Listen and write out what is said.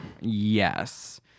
Yes